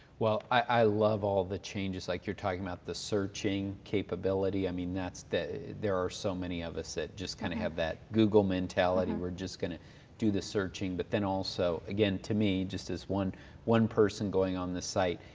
well, i love all the changes, like you're talking about the searching capability. i mean there are so many of us that just kind of have that google mentality. we're just going to do the searching, but then also, again, to me, just as one one person going on this site,